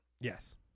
Yes